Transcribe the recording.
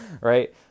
right